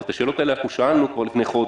אבל את השאלות האלה אנחנו שאלנו כבר לפני חודש.